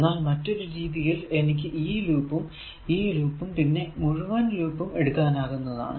എന്നാൽ മറ്റൊരു രീതിയിൽ എനിക്ക് ഈ ലൂപും ഈ ലൂപ്പും പിന്നെ ഈ മുഴുവൻ ലൂപ്പും എടുക്കാനാകുന്നതാണ്